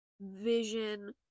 Vision